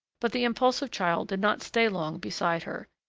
but the impulsive child did not stay long beside her.